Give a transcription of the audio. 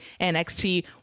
NXT